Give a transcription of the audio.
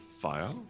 Fire